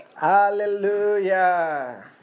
Hallelujah